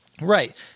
Right